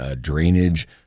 drainage